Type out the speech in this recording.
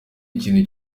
ikintu